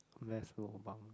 best lobang